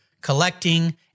collecting